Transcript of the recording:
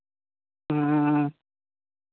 हाँ